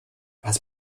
was